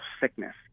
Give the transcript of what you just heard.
sickness